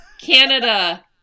canada